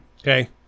Okay